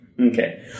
Okay